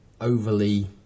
overly